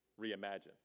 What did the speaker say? reimagine